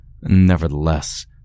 Nevertheless